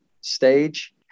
stage